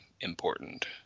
important